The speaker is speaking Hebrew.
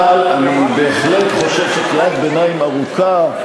אבל אני בהחלט חושב שקריאת ביניים ארוכה,